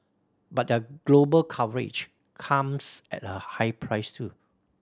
but their global coverage comes at a high price too